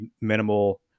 minimal